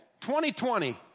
2020